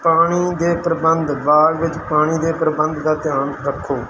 ਪਾਣੀ ਦੇ ਪ੍ਰਬੰਧ ਬਾਗ ਵਿੱਚ ਪਾਣੀ ਦੇ ਪ੍ਰਬੰਧ ਦਾ ਧਿਆਨ ਰੱਖੋ